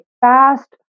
fast